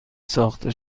ساخته